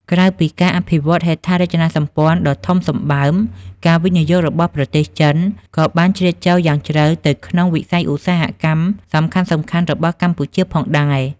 ក្រៅពីការអភិវឌ្ឍន៍ហេដ្ឋារចនាសម្ព័ន្ធដ៏ធំសម្បើម ការវិនិយោគរបស់ប្រទេសចិនក៏បានជ្រៀតចូលយ៉ាងជ្រៅទៅក្នុងវិស័យឧស្សាហកម្មសំខាន់ៗរបស់កម្ពុជាផងដែរ។